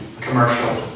commercial